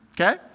okay